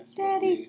daddy